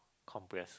compress